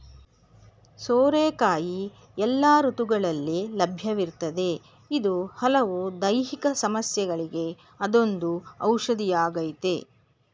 ಸೋರೆಕಾಯಿ ಎಲ್ಲ ಋತುಗಳಲ್ಲಿ ಲಭ್ಯವಿರ್ತದೆ ಇದು ಹಲವು ದೈಹಿಕ ಸಮಸ್ಯೆಗಳಿಗೆ ಅದೊಂದು ಔಷಧಿಯಾಗಯ್ತೆ